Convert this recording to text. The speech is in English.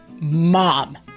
Mom